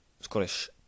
Scottish